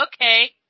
okay